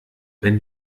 wenn